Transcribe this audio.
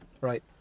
Right